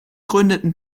gründeten